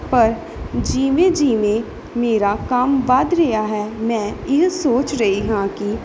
ਪਰ ਜਿਵੇਂ ਜਿਵੇਂ ਮੇਰਾ ਕੰਮ ਵੱਧ ਰਿਹਾ ਹੈ ਮੈਂ ਇਹ ਸੋਚ ਰਹੀ ਹਾਂ ਕਿ